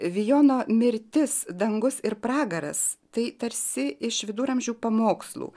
vijono mirtis dangus ir pragaras tai tarsi iš viduramžių pamokslų